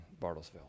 Bartlesville